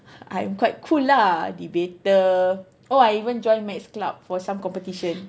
I'm quite cool lah debater oh I even join maths club for some competition